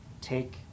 Take